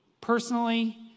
personally